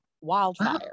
wildfire